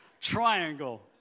triangle